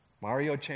Mario